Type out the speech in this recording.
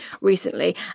recently